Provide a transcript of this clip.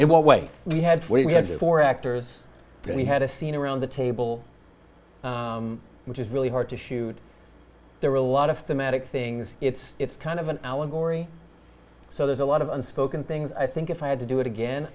in what way we had we had four actors and we had a scene around the table which is really hard to shoot there are a lot of the magic things it's it's kind of an allegory so there's a lot of unspoken things i think if i had to do it again